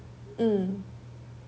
mm